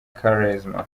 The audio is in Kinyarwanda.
quaresma